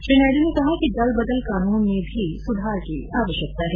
श्री नायडू ने कहा कि दल बदल कानून में भी सुधार की आवश्यकता है